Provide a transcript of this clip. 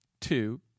two